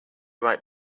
right